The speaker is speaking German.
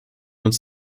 uns